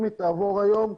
אם היא תעבור היום,